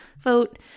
vote